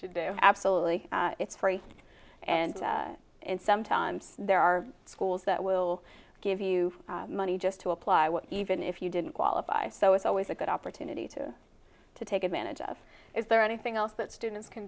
should do absolutely it's free and sometimes there are schools that will give you money just to apply what even if you didn't qualify so it's always a good opportunity to to take advantage of is there anything else that students can